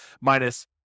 minus